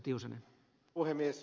arvoisa puhemies